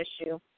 issue